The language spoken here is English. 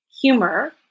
humor